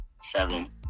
Seven